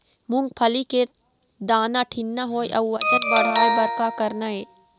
मूंगफली के दाना ठीन्ना होय अउ वजन बढ़ाय बर का करना ये?